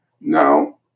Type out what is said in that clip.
Now